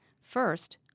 First